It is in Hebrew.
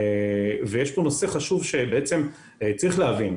ויש פה נושא חשוב שצריך להבין.